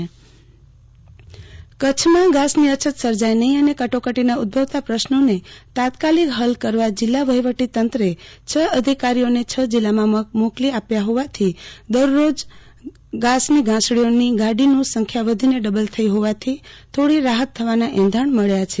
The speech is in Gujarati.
કારકારા પા ઘાસચા રાનો જથ્થો કચ્છમાં ઘાસની અછત સર્જાય નફીં અને કટોકટીના ઉદ્વવતા પ્રશ્નોને તાત્કાલિક હલ કરવા જિલ્લા વફીવટી તંત્રે છ અધિકારીઓને છ જિલ્લામાં મોકલી આપ્યા હોવાથી દરરોજ ગાંસડીઓની ગાડીઓની સંખ્યા વધીને ડબલ થઈ ફોવાથી થોડી રાફત થવાના એંધાણ મળ્યા છે